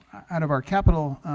out of our capital